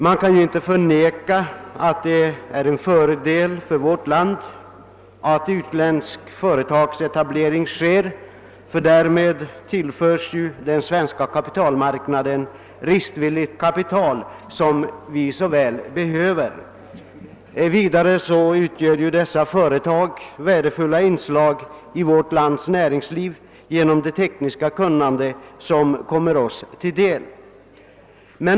Man kan inte förneka att det är en fördel för vårt land att utländsk företagsetablering sker, ty därmed tillförs ju den svenska kapitalmarknaden riskvilligt kapital, som vi så väl behöver. Vidare utgör dessa företag värdefulla inslag i vårt lands näringsliv genom det tekniska kunnande som kommer oss till del.